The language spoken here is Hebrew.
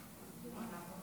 ההצעה